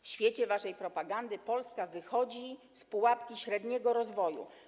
W świecie waszej propagandy Polska wychodzi z pułapki średniego rozwoju.